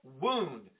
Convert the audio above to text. wound